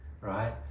right